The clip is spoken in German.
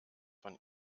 von